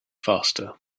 faster